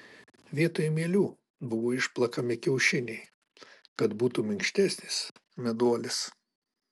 vietoj mielių buvo išplakami kiaušiniai kad būtų minkštesnis meduolis